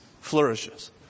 flourishes